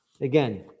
Again